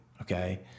okay